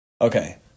Okay